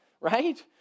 right